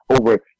over